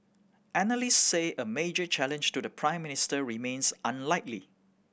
analysts say a major challenge to the Prime Minister remains unlikely